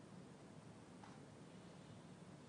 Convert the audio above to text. דווקא כאן אני רוצה להודות לו על המאמץ שעשה בשבוע שעבר למען אותה